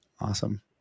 Awesome